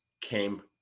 came